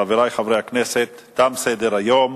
חברי חברי הכנסת, תם סדר-היום.